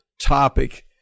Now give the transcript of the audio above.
topic